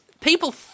People